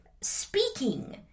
speaking